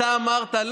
אתה אמרת,